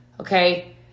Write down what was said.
Okay